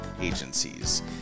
agencies